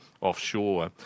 offshore